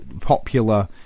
popular